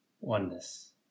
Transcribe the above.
Oneness